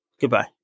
Goodbye